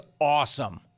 awesome